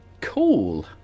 Cool